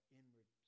inward